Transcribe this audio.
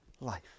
life